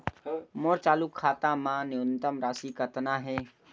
मोर चालू खाता मा न्यूनतम राशि कतना हे?